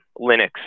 Linux